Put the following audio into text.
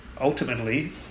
ultimately